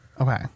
Okay